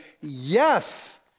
yes